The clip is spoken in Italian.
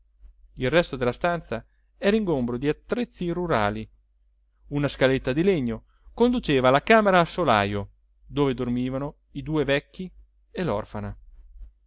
il resto della stanza era ingombro di attrezzi rurali una scaletta di legno conduceva alla camera a solajo dove dormivano i due vecchi e l'orfana